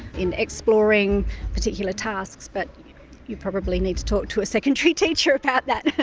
in exploring particular tasks, but you'd probably need to talk to a secondary teacher about that.